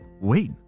Wait